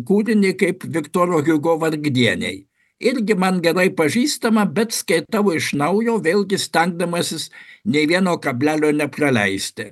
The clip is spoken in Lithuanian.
kūrinį kaip viktoro hugo vargdieniai irgi man gerai pažįstamą bet skaitau iš naujo vėlgi stengdamasis nei vieno kablelio nepraleisti